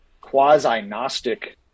quasi-Gnostic